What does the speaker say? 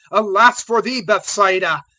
alas for thee, bethsaida!